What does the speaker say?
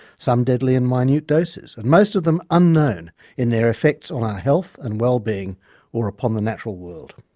some deadly in minute doses and most of them unknown in their effects on our health and wellbeing or upon the natural world.